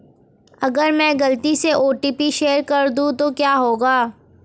अगर मैं गलती से ओ.टी.पी शेयर कर दूं तो क्या होगा?